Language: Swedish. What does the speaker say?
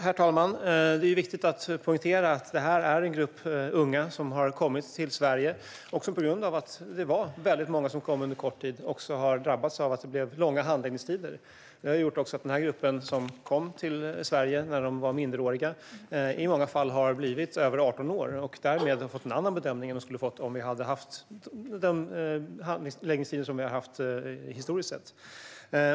Herr talman! Det är viktigt att poängtera att det här handlar om en grupp unga som har kommit till Sverige och som på grund av att det var väldigt många som kom under kort tid har drabbats av att det blev långa handläggningstider. Det har gjort att den här gruppen som kom till Sverige när de var minderåriga i många fall har blivit över 18 år och därmed har fått en annan bedömning än vad de skulle ha fått om vi hade haft de handläggningstider som vi har haft historiskt sett.